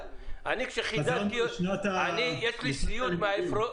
בהתקיים התנאים למתן ההיתר לפי סעיף 10(א),